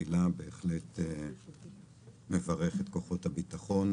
אני בהחלט מברך את כוחות הביטחון.